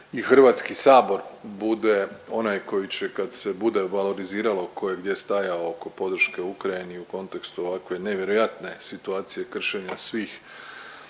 da i HS bude onaj koji će kad se bude valoriziralo ko je gdje stajao oko podrške Ukrajini u kontekstu ovakve nevjerojatne situacije kršenja svih